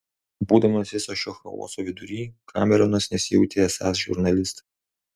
būdamas viso šio chaoso vidury kameronas nesijautė esąs žurnalistas